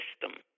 system